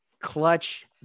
clutch